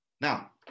Now